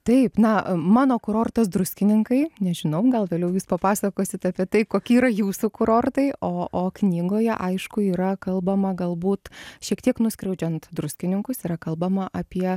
taip na mano kurortas druskininkai nežinau gal vėliau jūs papasakosit apie tai koki yra jūsų kurortai o o knygoje aišku yra kalbama galbūt šiek tiek nuskriaudžiant druskininkus yra kalbama apie